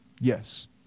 Yes